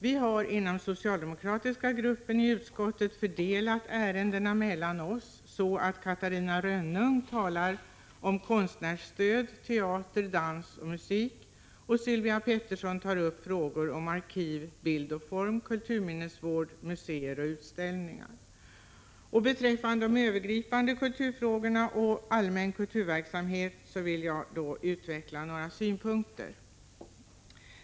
Vi har, inom den socialdemokratiska gruppen i utskottet, delat upp ärendena mellan oss så att Catarina Rönnung 19 talar om konstnärsstöd, teater, dans och musik och Sylvia Pettersson tar upp frågor om arkiv, bild och form, kulturminnesvård, museer och utställningar. Beträffande de övergripande kulturfrågorna och allmän kulturverksamhet vill jag utveckla några synpunkter.